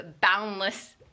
boundless